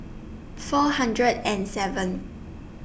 four hundred and seven